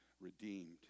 redeemed